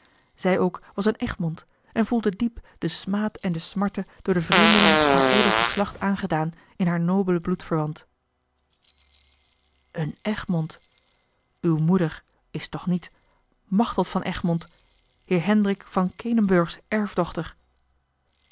zij ook was eene egmond en voelde diep den smaad en de smarte door den vreemdeling haar edel geslacht aangedaan in haar nobelen bloedverwant eene egmond uwe moeder is toch niet machteld van egmond heer hendrik van kenenburg's erfdochter